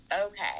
Okay